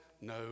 No